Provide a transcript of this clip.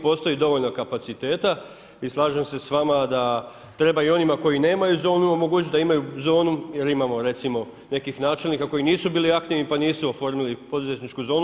Postoji dovoljno kapaciteta i slažem se sa vama da treba i onima koji nemaju zonu omogućiti da imaju zonu, jer imamo recimo nekih načelnika koji nisu bili aktivni, pa nisu oformili poduzetničku zonu.